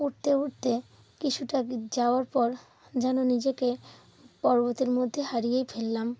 উঠতে উঠতে কিছুটা যাওয়ার পর যেন নিজেকে পর্বতের মধ্যে হারিয়েই ফেললাম